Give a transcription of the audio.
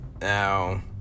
now